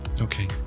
Okay